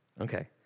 Okay